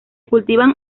cultivan